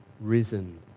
risen